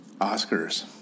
Oscars